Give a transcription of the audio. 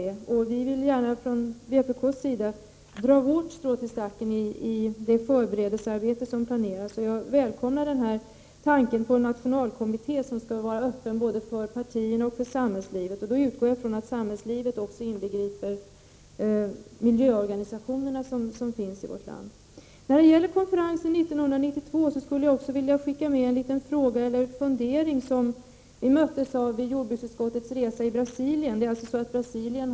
Vi från vpk vill gärna dra vårt strå till stacken i det förberedelsearbete som planeras. Jag välkomnar tanken på en nationalkommitté, som skall vara öppen för både partier och samhällsliv. Jag utgår från att man i samhällslivet inbegriper också miljöorganisationerna i vårt land. När det gäller miljökonferensen 1992 vill jag säga att vi vid jordbruksutskottets resa i Brasilien fick reda på att Brasilien har ansökt om att få stå såsom värd för denna konferens.